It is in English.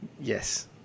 Yes